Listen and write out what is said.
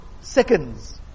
seconds